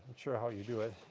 sure how you do it.